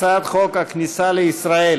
הצעת חוק הכניסה לישראל